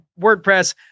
WordPress